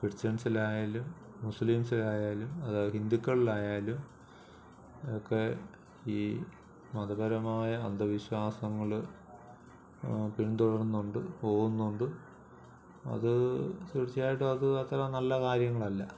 ക്രിസ്ത്യൻസിലായാലും മുസ്ലിംസിലായാലും അത് ഹിന്ദുക്കളിൽ ആയാലും ഒക്കെ ഈ മതപരമായ അന്ധവിശ്വാസങ്ങൾ പിൻതുടർന്നുകൊണ്ട് പോകുന്നുണ്ട് അതു തീർച്ചയായിട്ടും അത് അത്രനല്ല കാര്യങ്ങൾ അല്ല